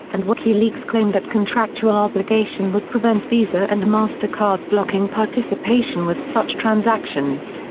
and wikileaks claimed that contractual obligation would prevent visa and mastercard blocking participation with such transactions.